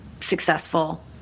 successful